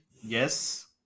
yes